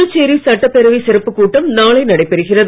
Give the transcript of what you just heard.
புதுச்சேரி சட்டப்பேரவை சிறப்புக் கூட்டம் நாளை நடைபெறுகிறது